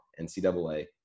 NCAA